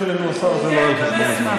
אלינו השר וזה לא יהיה על חשבון הזמן.